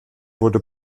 wurde